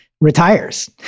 retires